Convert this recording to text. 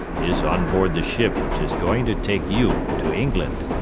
is on board the ship which is going to take you to england.